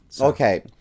Okay